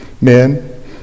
men